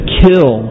kill